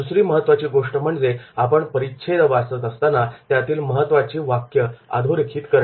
दुसरी महत्त्वाची गोष्ट म्हणजे आपण परिच्छेद वाचत असताना त्यातील महत्त्वाची वाक्य अधोरेखित करणे